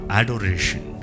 adoration